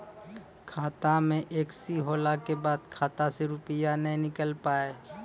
खाता मे एकशी होला के बाद खाता से रुपिया ने निकल पाए?